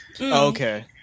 Okay